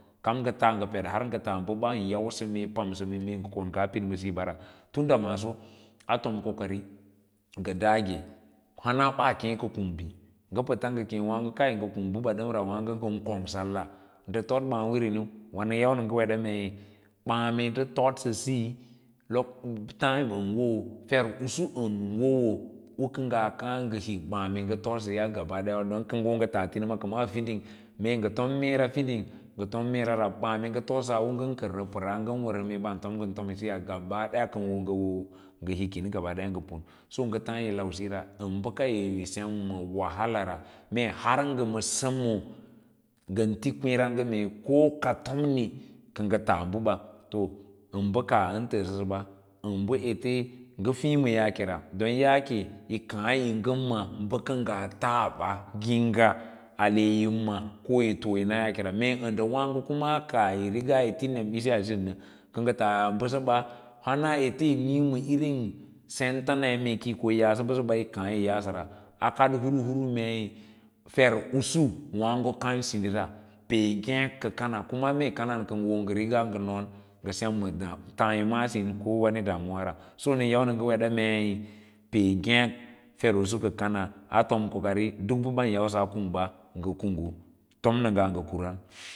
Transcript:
Kam ngə las ngə peɗ ngə tas bə ɓan yansə ɓa ra, mee bə pamsə ngaa pid ma siyo bara tin da maaso a tom ko kari ngə dage hana ka ɓaa kem ka kungg bi kə pəts kēā waãgo kai ngə pəts ngə kung bəba ɗəmra waago ngən kong salla nɗə foo baã wiriníu wâ nən yau nə weɗa mee ɓaã me ndə tod sə sayi fer’usuən wowo u kəngaa kaã ngə húk ɓaã me ngə too siya gabadaya don kə ngə wo ngə tas tinima waꞌ maa fiding., me ngə tom mee ra fiding ngə tom meera rab, baa me ngə todsa m ngaln kərsə pəraa ngə wər ɓas fom ngə tom síya gaba ɗaya kə ngə wo ngə hoo ngə hikim ga ɓa daya ngə pu’un so ngə taã yə lau siyo ra ən bəka yi sem ma wahala mee har ngə bəmod ngə ti kweẽ raãge mee ko ka tommo kə ngə tas bəɓa to a bə kaah ən təə səsə ɓa ən bə ete, ngə fiĩ ma yaake ra don yaake yí kaã yi ngə na bə kə ngaa tas ɓa miĩga, ahe yí ma yí to yi na yaa kera mee ə ndə waã go kuma kaah riga yí tú nem isis asīn nə kə ngə tag bəsəɓa, hana ete yi niĩ ma irín senta m̍ee yi ko yi yaasə bəsa yi ko yí kaã yo yaasəra. A kad hur hur meei fer usu waãgo kan sín dira pee ngêk ka kama, kuma mee kanan kə ngə hoo ngə riga ngə noon ngə sen ma taa yəma a sín ko wani damuwa ra so nən yau nə ngə weda meí pel ngêk fer usu ka kana a war kokari duk bə ban yausa kunj ngə kunggu ən tom nə nga ngə kawai.